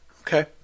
Okay